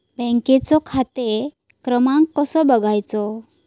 बँकेचो खाते क्रमांक कसो बगायचो?